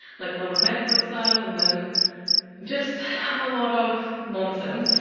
like a lot of medical stuff and then just a lot of nonsense.